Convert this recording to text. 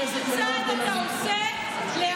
איזה צעד אתה עושה כדי להוריד את יוקר המחיה?